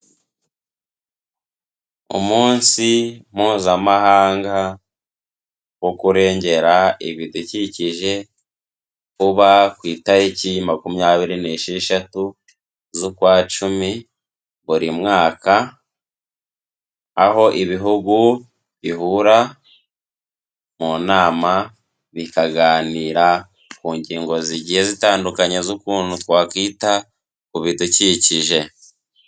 Umunsi mpuzamahanga wo kurengera ibidukikije, uba ku itariki makumyabiri n'esheshatu z'ukwa cumi buri mwaka, aho ibihugu bihura mu nama bikaganira ku ngingo zigiye zitandukanye z'ukuntu twakwita ku bidukikije.